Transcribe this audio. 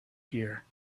here